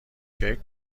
کیک